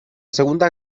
segunda